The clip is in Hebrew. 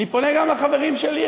אני פונה גם לחברים שלי,